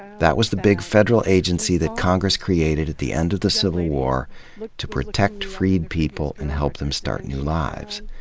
that was the big federal agency that congress created at the end of the civil war to protect freed people and help them start new lives.